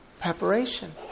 preparation